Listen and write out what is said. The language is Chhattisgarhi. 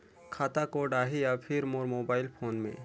खाता कोड आही या फिर मोर मोबाइल फोन मे?